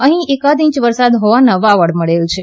અહી એકાદ ઇંચ વરસાદ હોવાના વાવડ મળેલ છે